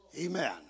Amen